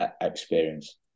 experience